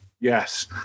Yes